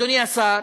אדוני השר,